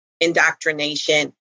indoctrination